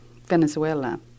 Venezuela